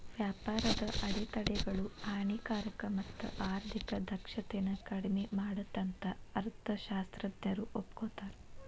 ವ್ಯಾಪಾರದ ಅಡೆತಡೆಗಳು ಹಾನಿಕಾರಕ ಮತ್ತ ಆರ್ಥಿಕ ದಕ್ಷತೆನ ಕಡ್ಮಿ ಮಾಡತ್ತಂತ ಅರ್ಥಶಾಸ್ತ್ರಜ್ಞರು ಒಪ್ಕೋತಾರ